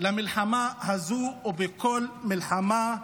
למלחמה הזו, ולכל מלחמה,